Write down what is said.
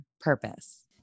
Purpose